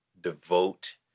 devote